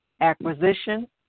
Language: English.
acquisition